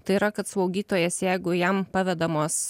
tai yra kad slaugytojas jeigu jam pavedamos